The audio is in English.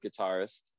guitarist